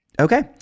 Okay